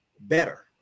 better